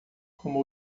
como